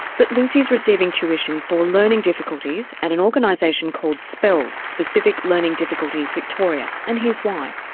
but lucy is receiving tuition for learning difficulties at an organisation called speld, specific learning difficulties, victoria and here's why.